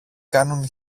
κάνουν